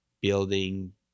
building